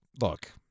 look